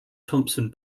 thomson